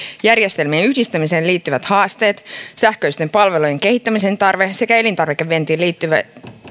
järjestelmien yhdistämiseen liittyvät haasteet sähköisten palvelujen kehittämisen tarve sekä elintarvikevientiin liittyvien